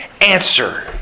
answer